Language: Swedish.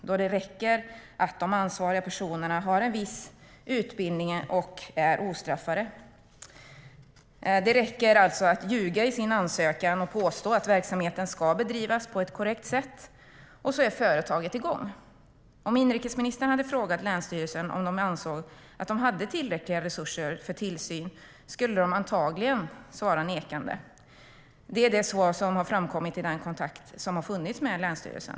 Det räcker nämligen att de ansvariga personerna har en viss utbildning och är ostraffade. Det räcker alltså med att ljuga i sin ansökan och påstå att verksamheten ska bedrivas på ett korrekt sätt, och så är företaget i gång. Om inrikesministern hade frågat länsstyrelsen om man ansåg sig ha tillräckliga resurser för tillsyn skulle de antagligen svara nekande; det är det svar som har framkommit i den kontakt med länsstyrelsen som har funnits.